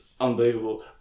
unbelievable